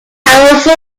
powerful